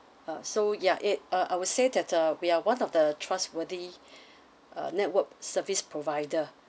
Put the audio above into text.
uh so ya it ah I would say that uh we are one of the trustworthy uh network service provider